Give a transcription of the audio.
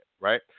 right